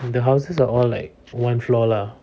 the houses are all like one floor lah